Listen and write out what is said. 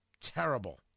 terrible